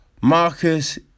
Marcus